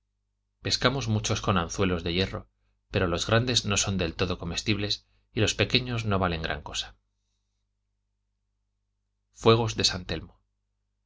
pescamos muchos con anzuelos de hierro pero los grandes no son del todo comestibles y los pequeños no valen gran cosa de